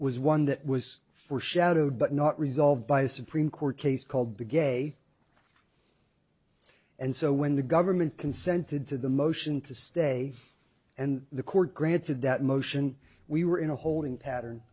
was one that was foreshadowed but not resolved by a supreme court case called the gay and so when the government consented to the motion to stay and the court granted that motion we were in a holding pattern